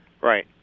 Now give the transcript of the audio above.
Right